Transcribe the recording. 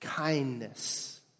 kindness